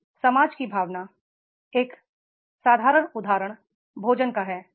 उस समाज की भावना एक साधारण उदाहरण भोजन का है